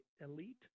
elite